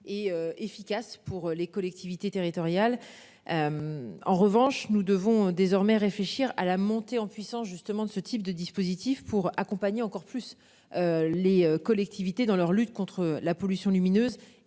et efficace pour les collectivités territoriales. En revanche, nous devons désormais réfléchir à la montée en puissance justement de ce type de dispositif pour accompagner encore plus. Les collectivités dans leur lutte contre la pollution lumineuse